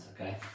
okay